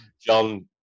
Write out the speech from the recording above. John